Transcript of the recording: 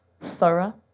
Thorough